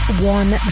one